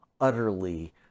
utterly